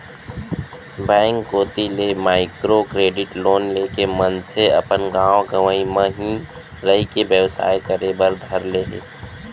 bank कोती ले micro credit loan लेके मनसे अपन गाँव गंवई म ही रहिके बेवसाय करे बर धर ले हे